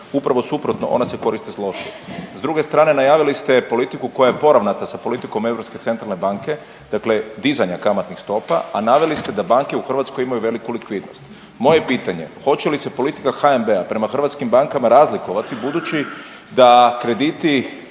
upravo suprotno ona se koriste lošije. S druge strane najavili ste politiku koja je poravnata sa politikom ESB-a, dakle dizanja kamatnih stopa, a naveli ste da banke u Hrvatskoj imaju veliku likvidnost. Moje pitanje je, hoće li se politika HNB-a prema hrvatskim bankama razlikovati budući da krediti